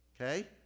Okay